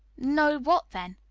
no, what then?